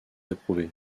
approuvé